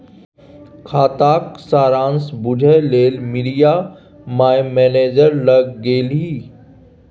खाताक सारांश बुझय लेल मिरिया माय मैनेजर लग गेलीह